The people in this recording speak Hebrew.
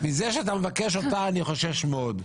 מזה שאתה מבקש אותה אני חושש מאוד,